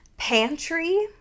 pantry